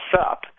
up